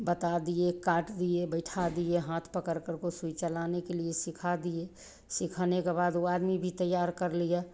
बता दिए काट दिए बैठा दिए हाथ पकड़ करके सुई चलाने के लिए सिखा दिए सिखाने के बाद वह आदमी भी तैयार कर लिया